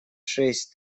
шесть